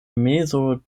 mezo